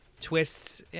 Twists